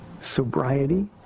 sobriety